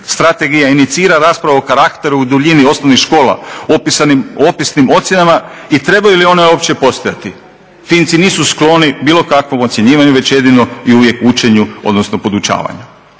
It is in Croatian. Strategija inicira raspravu o karakteru, o duljini osnovnih škola opisani opisnim ocjenama i trebaju li one uopće postojati. Finci nisu skloni bilo kakvom ocjenjivanju već jedino i uvijek učenju, odnosno podučavanju.